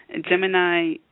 Gemini